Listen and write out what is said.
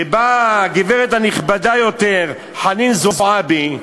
ובאה הגברת הנכבדה יותר חנין זועבי,